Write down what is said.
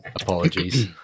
Apologies